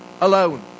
alone